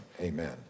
amen